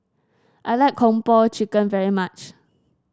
I like Kung Po Chicken very much